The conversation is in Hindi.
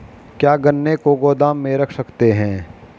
क्या गन्ने को गोदाम में रख सकते हैं?